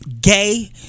gay